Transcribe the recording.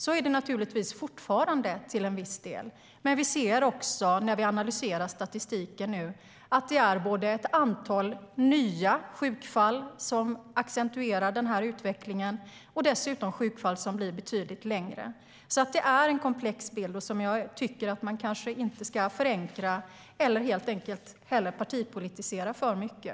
Så är det givetvis fortfarande till en viss del. Men när vi analyserar statistiken ser vi att det är ett antal nya sjukfall som accentuerar denna utveckling och dessutom sjukfall som är betydligt längre. Det är alltså en komplex bild som man inte ska förenkla eller partipolitisera för mycket.